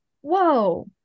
whoa